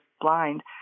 blind